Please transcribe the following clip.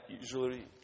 usually